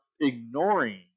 ignoring